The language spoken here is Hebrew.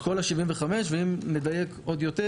ואם נדייק עוד יותר